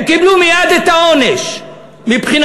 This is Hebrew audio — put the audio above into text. הם קיבלו מייד את העונש מבחינתם.